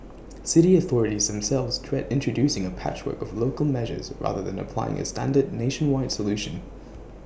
city authorities themselves dread introducing A patchwork of local measures rather than applying A standard nationwide solution